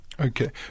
Okay